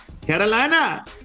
Carolina